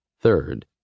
Third